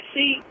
See